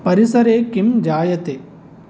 परिसरे किं जायते